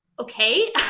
okay